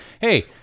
hey